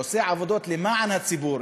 עושה עבודות למען הציבור,